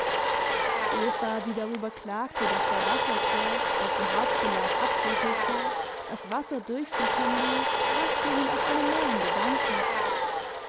eva die darüber klagte daß der wasserkorb dessen harzbelag abbröckelte das wasser durchsickern ließ brachte ihn auf einen neuen gedanken